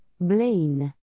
Blaine